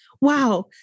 wow